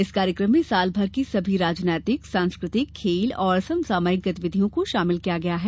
इस कार्यक्रम में साल भर की सभी राजनैतिक सांस्कृतिक खेल और समसामयिक गतिविधियों को शामिल किया गया है